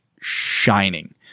shining